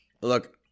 look